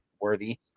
worthy